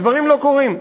הדברים לא קורים.